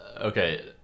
Okay